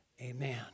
Amen